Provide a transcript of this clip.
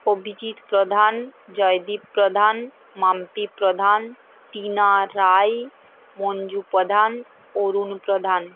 অভিজিৎ প্রধান জয়দীপ প্রধান মাম্পি প্রধান টিনা রায় মঞ্জু প্রধান অরুণ প্রধান